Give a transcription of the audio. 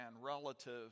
relative